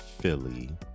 Philly